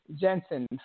Jensen